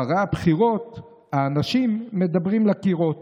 אחרי הבחירות האנשים מדברים אל הקירות,